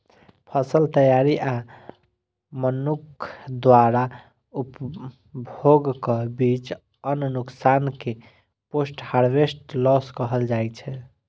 फसल तैयारी आ मनुक्ख द्वारा उपभोगक बीच अन्न नुकसान कें पोस्ट हार्वेस्ट लॉस कहल जाइ छै